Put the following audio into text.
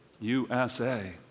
USA